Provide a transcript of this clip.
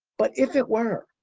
but if it were,